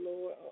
Lord